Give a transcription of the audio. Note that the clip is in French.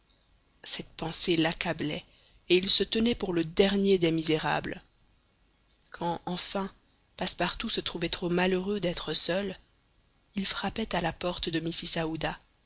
cette pensée l'accablait et il se tenait pour le dernier des misérables quand enfin passepartout se trouvait trop malheureux d'être seul il frappait à la porte de